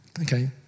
okay